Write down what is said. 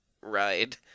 ride